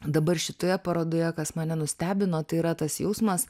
dabar šitoje parodoje kas mane nustebino tai yra tas jausmas